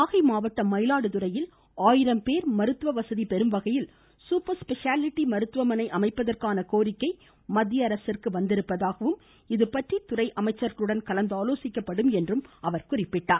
நாகை மாவட்டம் மயிலாடுதுறையில் ஆயிரம் பேர் மருத்துவ வசதி பெறும் வகையில் சூப்பர் ஸ்பெஷாலிட்டி மருத்துவமனை அமைப்பதற்கான கோரிக்கை மத்திய அரசிற்கு வந்திருப்பதாகவும் இதுபற்றி துறை அமைச்சர்களுடன் கலந்து ஆலோசிக்கப்படும் என்றும் அவர் குறிப்பிட்டார்